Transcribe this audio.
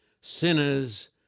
Sinners